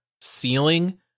ceiling